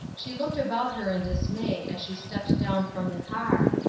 she looked about her in dismay as she stepped down from the car,